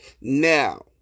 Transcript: now